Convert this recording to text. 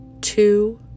two